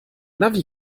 navi